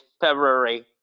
February